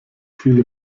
viele